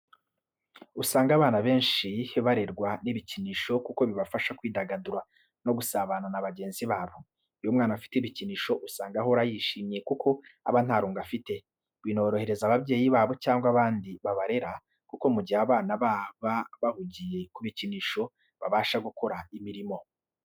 Usanga abana benshi barerwa n'ibikinisho kuko bibafasha kwidagadura no gusabana na bagenzi babo. Iyo umwana afite ibikinisho usanga ahora yishimye kuko aba nta rungu afite, binorohereza ababyeyi babo cyangwa abandi babarera kuko mu gihe abana baba bahugiye kubikinisho babasha gukora imirimo.